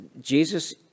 Jesus